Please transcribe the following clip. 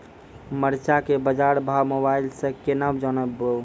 मरचा के बाजार भाव मोबाइल से कैनाज जान ब?